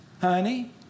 Honey